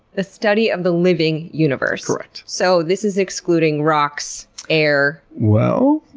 the study of the living universe. correct. so this is excluding rocks, air. well,